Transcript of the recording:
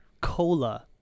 Cola